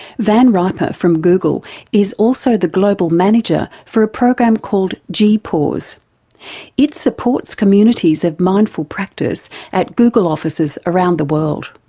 van riper from google is also the global manager for a program called gpause. it supports communities of mindful practice at google offices around the world.